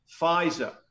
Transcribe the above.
Pfizer